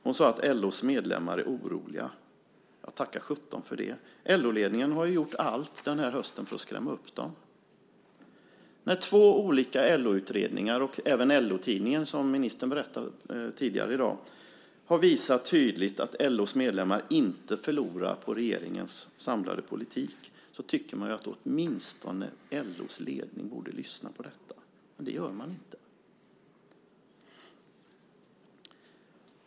Hon sade att LO:s medlemmar är oroliga. Ja, tacka sjutton för det. LO-ledningen har ju gjort allt den här hösten för att skrämma upp dem. När två olika LO-utredningar och även LO-tidningen, som ministern berättade tidigare i dag, har visat tydligt att LO:s medlemmar inte förlorar på regeringens samlade politik, tycker man att åtminstone LO:s ledning borde lyssna på detta, men det gör man inte.